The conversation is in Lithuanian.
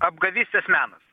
apgavystės menas